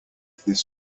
this